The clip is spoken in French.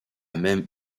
même